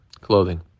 clothing